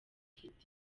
afite